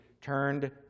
turned